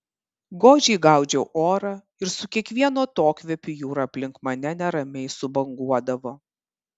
godžiai gaudžiau orą ir su kiekvienu atokvėpiu jūra aplink mane neramiai subanguodavo